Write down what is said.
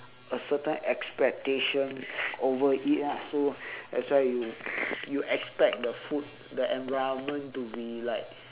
a certain expectation over it ah so that's why you you expect the food the environment to be like